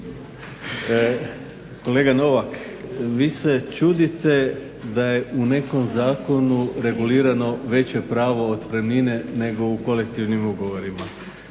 Kolega Novak, vi se čudite da je u nekom zakonu regulirano veće pravo otpremnine nego u kolektivnim ugovorima,